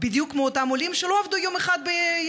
בדיוק כמו אותם עולים שלא עבדו יום אחד בימיהם,